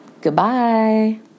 Goodbye